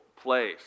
place